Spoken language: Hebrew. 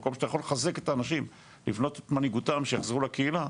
מקום שאתה יכול לחזק את האנשים לבנות את מנהיגותם שיחזרו לקהילה,